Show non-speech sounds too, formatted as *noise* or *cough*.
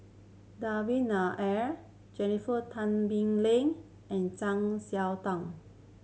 Devan Nair Jennifer Tan Bee Leng and Zang *unintelligible*